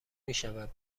میشود